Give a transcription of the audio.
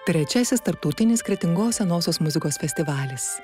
trečiasis tarptautinis kretingos senosios muzikos festivalis